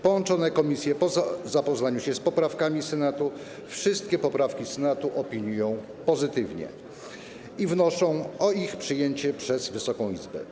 Połączone komisje po zapoznaniu się z poprawkami Senatu wszystkie poprawki Senatu opiniują pozytywnie i wnoszą o ich przyjęcie przez Wysoką Izbę.